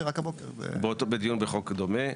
בדיון בחוק דומה.